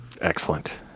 Excellent